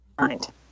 mind